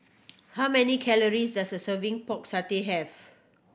how many calories does a serving Pork Satay have